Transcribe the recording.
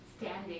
standing